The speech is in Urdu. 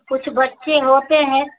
کچھ بچے ہوتے ہیں